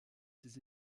ses